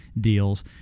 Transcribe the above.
deals